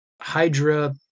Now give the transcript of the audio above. Hydra